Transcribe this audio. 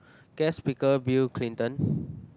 guest speaker Bill Clinton